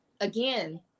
again